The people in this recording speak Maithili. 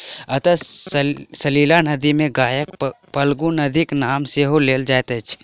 अंतः सलिला नदी मे गयाक फल्गु नदीक नाम सेहो लेल जाइत अछि